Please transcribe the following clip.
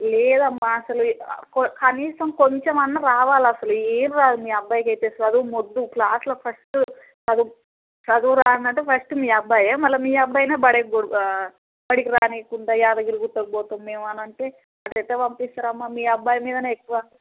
లేదమ్మ అసలు కనీసం కొంచం అన్న రావాలి అసలు ఏమి రాదు మీ అబ్బాయికి అయితే చదువు మొద్దు క్లాసులో ఫస్ట్ చదువు చదువు రానిది అంటే ఫస్ట్ మీ అబ్బాయి మరల మీ అబ్బాయిని బడికి తోడు బడికి రానీయకుండా యాదగిరిగుట్టకు పోతాం మేము అనంటే అట్ట ఎట్టా పంపిస్తారు అమ్మ మీ అబ్బాయి మీద ఎక్కువ దృష్టి